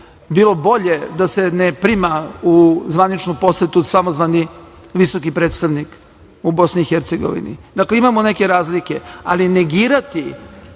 bilo bolje da se ne prima u zvaničnu posetu samozvani visoki predstavnik u BiH. Imamo neke razlike. Ali, negirati